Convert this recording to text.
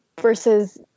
versus